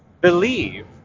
believe